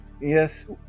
yes